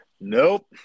Nope